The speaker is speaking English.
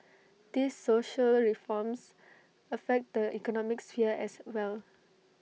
these social reforms affect the economic sphere as well